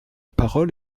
parole